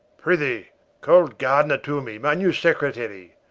prethee call gardiner to me, my new secretary.